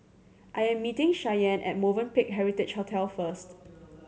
I am meeting Shianne at Movenpick Heritage Hotel first